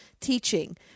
teaching